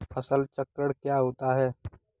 फसल चक्रण क्या होता है?